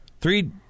three